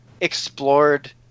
explored